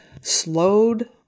slowed